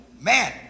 man